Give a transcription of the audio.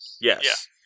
Yes